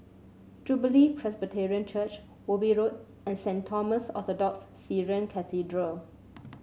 Jubilee Presbyterian Church Ubi Road and Saint Thomas Orthodox Syrian Cathedral